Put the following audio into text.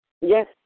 Yes